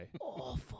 Awful